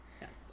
Yes